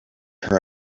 her